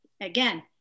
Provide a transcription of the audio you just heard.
Again